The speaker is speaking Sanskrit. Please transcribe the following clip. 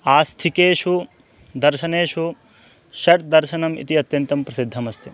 आस्थिकेषु दर्शनेषु षड्दर्शनम् इति अत्यन्तं प्रसिद्धमस्ति